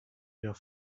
wieder